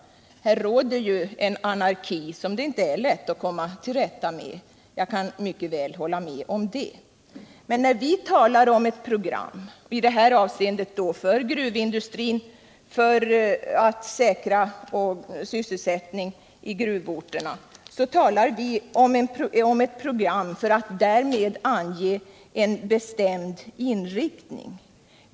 Här råder ju en anarki som det inte är så lätt att komma till rätta med. Men när vi inom vpk talar om ett program, i detta fall för att säkra sysselsättningen i gruvorterna, då gäller det ett program med en bestämd inriktning.